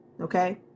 okay